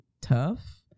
tough